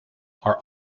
are